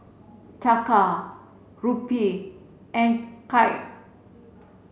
Taka Rupee and Kyat